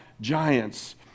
giants